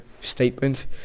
statement